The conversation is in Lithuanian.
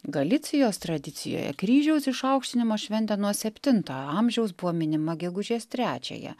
galicijos tradicijoje kryžiaus išaukštinimo šventė nuo septinto amžiaus buvo minima gegužės trečiąją